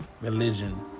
Religion